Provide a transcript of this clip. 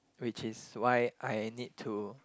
which is why I need to